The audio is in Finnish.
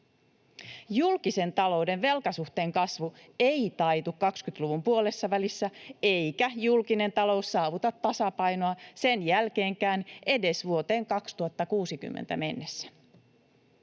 Julkisen talouden velkasuhteen kasvu ei taitu 20-luvun puolessavälissä, eikä julkinen talous saavuta tasapainoa sen jälkeenkään edes vuoteen 2060 mennessä.